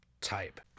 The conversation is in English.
type